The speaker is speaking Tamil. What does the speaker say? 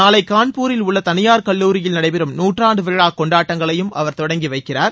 நாளை கான்பூரில் உள்ள தனியார் கல்லுரியில் நடைபெறும் நுற்றாண்டு விழா கொண்டாட்டங்களையும் அவர் தொடங்கி வைக்கிறார்